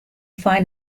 find